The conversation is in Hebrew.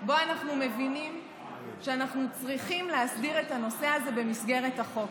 שבו אנחנו מבינים שאנחנו צריכים להסביר את הנושא הזה במסגרת החוק.